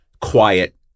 quiet